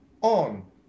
on